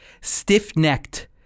stiff-necked